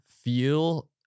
feel